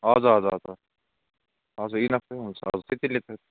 हजुर हजुर हजुर हजुर इनफ पनि हुन्छ होला त्यतिले त